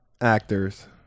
actors